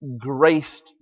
graced